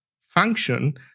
function